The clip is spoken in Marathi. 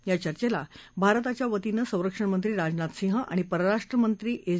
या चर्चेला भारताच्या वतीनं संरक्षणमंत्री राजनाथ सिंह आणि परराष्ट्रमंत्री एस